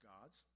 God's